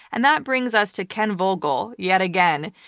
and that brings us to ken vogel, yet again,